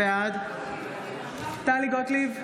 בעד טלי גוטליב,